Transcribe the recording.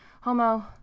homo